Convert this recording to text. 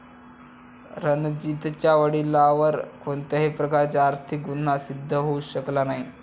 रणजीतच्या वडिलांवर कोणत्याही प्रकारचा आर्थिक गुन्हा सिद्ध होऊ शकला नाही